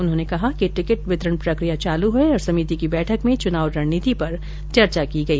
उन्होंने कहा कि टिकट वितरण प्रक्रिया चालू हैं और समिति की बैठक में चुनाव रणनीति पर चर्चा की गई